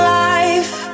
life